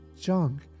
junk